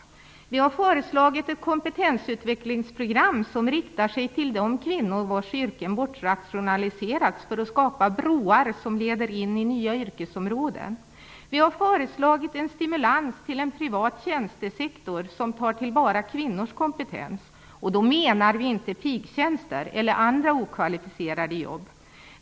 Vidare har vi föreslagit ett kompetensutvecklingsprogram som riktar sig till de kvinnor vars yrken bortrationaliserats för att skapa broar som leder in på nya yrkesområden. Vi har också föreslagit en stimulans till en privat tjänstesektor som tar till vara kvinnors kompetens. Då avser vi inte pigtjänster eller andra okvalificerade jobb.